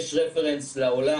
יש הפנייה לעולם,